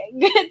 good